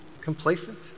complacent